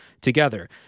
together